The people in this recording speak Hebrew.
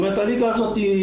הליגה הזאת,